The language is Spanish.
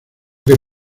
que